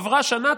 עברה שנה,